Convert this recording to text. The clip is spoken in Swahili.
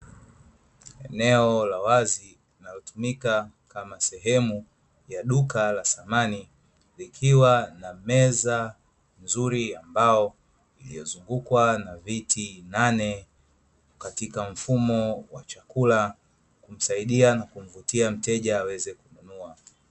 Eneo la wazi linalotumika kama sehemu ya duka la samani, likiwa na meza nzuri ya mbao iliyozungukwa na viti nane katika mfumo wa chakula, kumsaidia na kumvutia mteja aweze kununua.